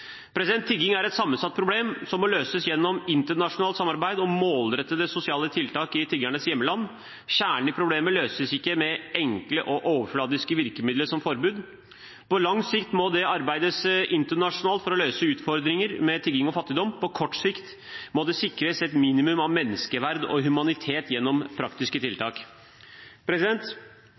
Tigging er et sammensatt problem, som må løses gjennom internasjonalt samarbeid og målrettede sosiale tiltak i tiggernes hjemland. Kjernen i problemet løses ikke med enkle og overflatiske virkemidler som forbud. På lang sikt må det arbeides internasjonalt for å løse utfordringer med tigging og fattigdom. På kort sikt må det sikres et minimum av menneskeverd og humanitet gjennom praktiske